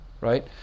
right